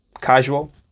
casual